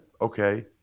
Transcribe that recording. okay